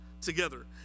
together